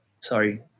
Sorry